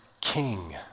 king